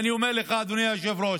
ואני אומר לך, אדוני היושב-ראש,